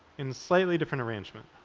in slightly different arrangement.